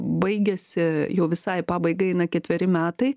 baigiasi jau visai į pabaigą eina ketveri metai